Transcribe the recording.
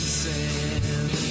sand